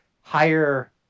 higher